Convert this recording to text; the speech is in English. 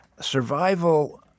survival